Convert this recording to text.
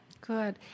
Good